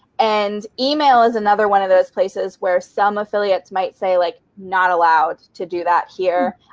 and email is another one of those places where some affiliates might say like not allowed to do that here.